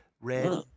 red